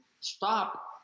stop